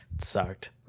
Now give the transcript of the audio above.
Sucked